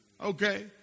Okay